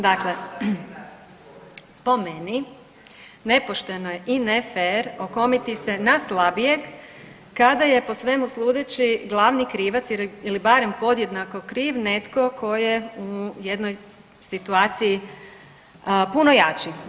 Dakle, po meni nepošteno je i nefer okomiti se na slabijeg kada je po svemu sudeći glavni krivac ili barem podjednako kriv netko tko u jednoj situaciji puno jači.